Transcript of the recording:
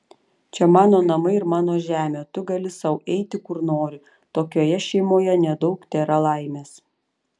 čia mano namai ir mano žemė o tu gali sau eiti kur nori tokioje šeimoje nedaug tėra laimės